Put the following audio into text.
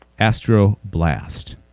Astroblast